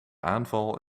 aanval